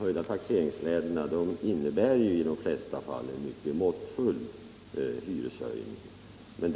I de flesta fallen innebär de höjda taxeringsvärdena en mycket måttfull hyreshöjning.